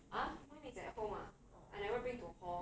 ah mine is at home ah I never bring to hall